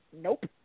Nope